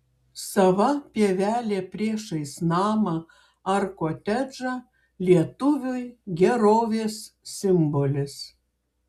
sava pievelė priešais namą ar kotedžą lietuviui gerovės simbolis